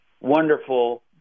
wonderful